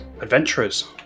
Adventurers